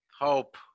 hope